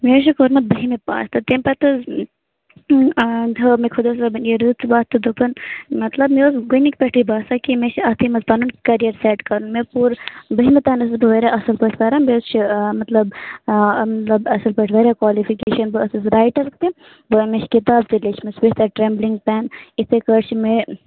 مےٚ حظ چھُ کوٛرمُت بٔہمہِ پاس تہٕ تَمہِ پَتہٕ حظ ہٲو مےٚ خۅدا صٲبَن یہِ رٕژ وَتھ تہٕ دوٚپُن مطلب مےٚ اوس گۄڈنِکہِ پٮ۪ٹھے باسان کہِ مےٚ چھُ أتھی منٛز پَنُن کَرِیَر سیٚٹ کَرُن مےٚ پوٚر بٔہمہِ تام ٲسٕس بہٕ واریاہ اصٕل پٲٹھۍ پَران مےٚ حظ چھِ مطلب مطلب اصٕل پٲٹھۍ واریاہ کالِفِکیشَن بہٕ ٲسٕس رَایٹَر تہٕ مےٚ چھِ کِتاب تہِ لیٖچھ مَژٕ یِتھے کٔنۍ چھِ مےٚ